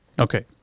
Okay